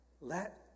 let